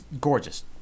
gorgeous